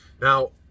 Now